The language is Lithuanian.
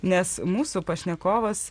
nes mūsų pašnekovas